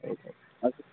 ಆಯ್ತು ಆಯ್ತು ಆಯಿತು